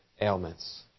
ailments